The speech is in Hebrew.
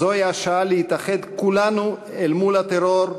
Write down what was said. זוהי השעה להתאחד כולנו אל מול הטרור,